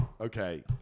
okay